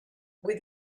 with